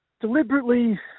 deliberately